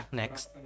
next